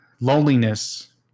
loneliness